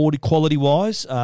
quality-wise